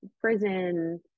prison